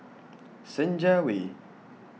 Senja Way